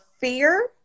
fear